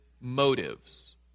motives